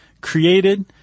created